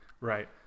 Right